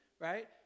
right